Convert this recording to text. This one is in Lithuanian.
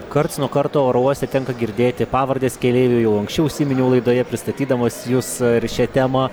karts nuo karto oro uoste tenka girdėti pavardes keleivių jau anksčiau užsiminiau laidoje pristatydamas jus ir šią temą